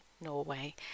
Norway